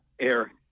air